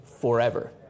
forever